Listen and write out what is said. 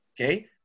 Okay